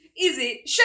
easy